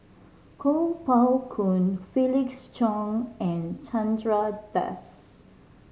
Kuo Pao Kun Felix Cheong and Chandra Das